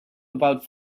about